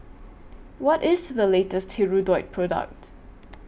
What IS The latest Hirudoid Product